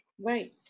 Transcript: Right